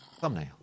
Thumbnail